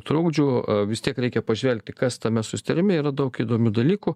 trukdžių vis tiek reikia pažvelgti kas tame susitarime yra daug įdomių dalykų